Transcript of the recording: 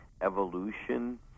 evolution